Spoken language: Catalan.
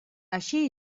així